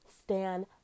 stand